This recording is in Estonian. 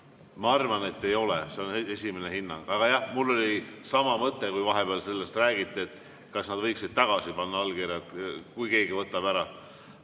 ma arvan, et ei ole võimalik. See on esimene hinnang. Aga jah, mul oli sama mõte, kui vahepeal sellest räägiti, et kas nad võiksid tagasi panna allkirjad, kui keegi võtab